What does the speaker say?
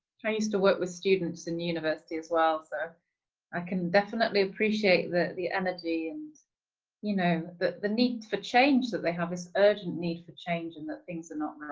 i used to work with students in university as well so i can definitely appreciate the the energy and you know that the need for change that they have this urgent need for change and that things are not